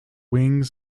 wing